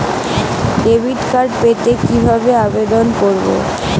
Debit card পেতে কি ভাবে আবেদন করব?